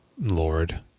Lord